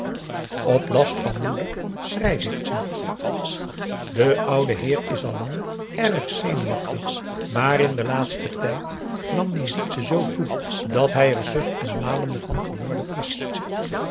op last van moeder schrijf ik u de oude heer is al lang erg zenuwachtig maar in den laatsten tijd nam die ziekte z toe dat hij er suf en malende van geworden is